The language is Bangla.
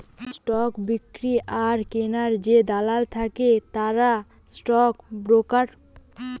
স্টক বিক্রি আর কিনার যে দালাল থাকে তারা স্টক ব্রোকার